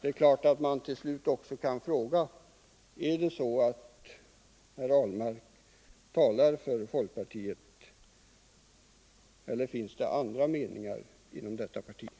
Till slut kan man naturligtvis också fråga: Talar herr Ahlmark här för folkpartiet, eller finns det inom det partiet också andra meningar?